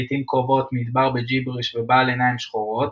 לעיתים קרובות "מדבר" בג'יבריש ובעל עיניים שחורות.